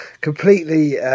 completely